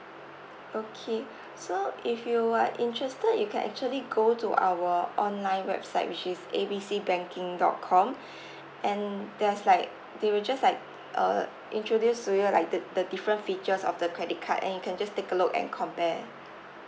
okay so if you are interested you can actually go to our online website which is A B C banking dot com and there's like they will just like uh introduce to you like the the different features of the credit card and you can just take a look and compare